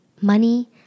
money